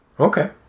Okay